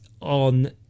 on